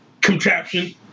contraption